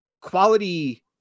quality